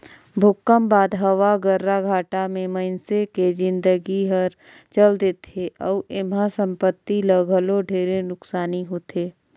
भूकंप बाद हवा गर्राघाटा मे मइनसे के जिनगी हर चल देथे अउ एम्हा संपति ल घलो ढेरे नुकसानी होथे